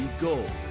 gold